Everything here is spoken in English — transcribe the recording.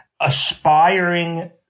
aspiring